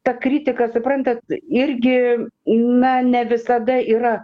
ta kritika suprantat irgi na ne visada yra